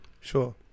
Sure